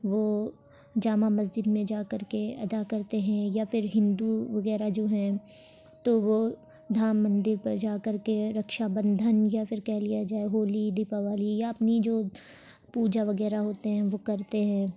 وہ جامع مسجد میں جا کر کے ادا کرتے ہیں یا پھر ہندو وغیرہ جو ہیں تو وہ دھام مندر پر جا کر کے رکشا بندھن یا پھر کہہ لیا جائے ہولی دیپاولی یا اپنی جو پوجا وغیرہ ہوتے ہیں وہ کرتے ہیں